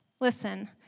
Listen